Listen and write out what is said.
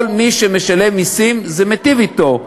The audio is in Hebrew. כל מי שמשלם מסים, זה מיטיב אתו,